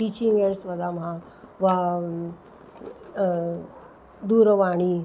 teaching aids वदामः वा दूरवाणी